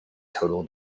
total